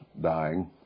dying